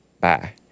Bye